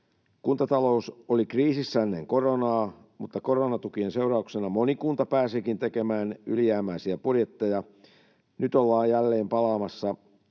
Kuntatalous oli kriisissä ennen koronaa, mutta koronatukien seurauksena moni kunta pääsikin tekemään ylijäämäisiä budjetteja. Nyt ollaan jälleen palaamassa